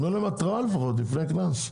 תנו להם התראה לפני קנס לפחות.